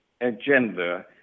agenda